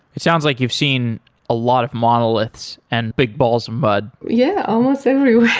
it sounds like you've seen a lot of monoliths and big balls of mud. yeah, almost everywhere.